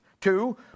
Two